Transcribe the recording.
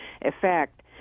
effect